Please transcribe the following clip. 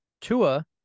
Tua